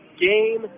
game